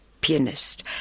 pianist